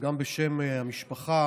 גם בשם המשפחה,